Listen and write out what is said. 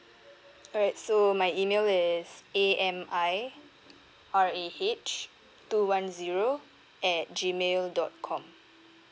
alright so my email is a m i r a h two one zero at G mail dot com